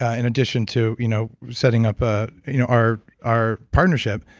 ah in addition to you know setting up ah you know our our partnership,